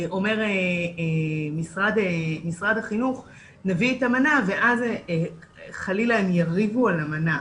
אומר משרד החינוך 'נביא את המנה ואז חלילה הם יריבו על המנה',